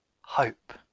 hope